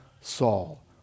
Saul